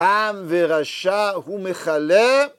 ‫עם ורשע הוא מכלה.